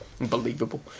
Unbelievable